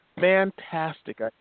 Fantastic